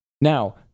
now